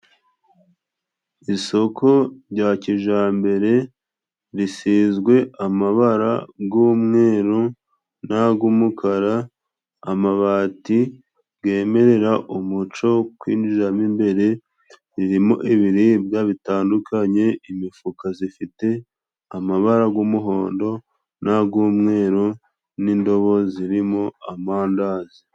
Isoko rya kijambere risizwe amabara g'umweru n'ag'umukara, amabati gemerera umuco wo kwinjiramo imbere, ririmo ibiribwa bitandukanye, imifuka zifite amabara g'umuhondo n'ag'umweru n'indobo zirimo amandazi.